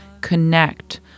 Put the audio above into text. connect